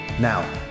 Now